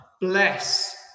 bless